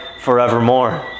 forevermore